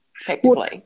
effectively